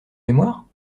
mémoire